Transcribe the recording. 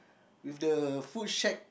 with the food shack